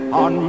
on